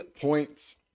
points